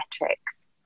metrics